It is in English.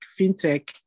fintech